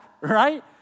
right